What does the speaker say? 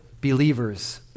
believers